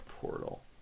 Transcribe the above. Portal